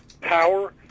power